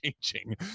changing